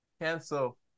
Cancel